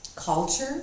culture